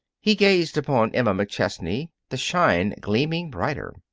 he gazed upon emma mcchesney, the shine gleaming brighter.